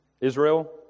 Israel